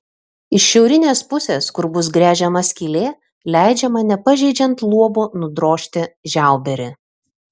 iš šiaurinės pusės kur bus gręžiama skylė leidžiama nepažeidžiant luobo nudrožti žiauberį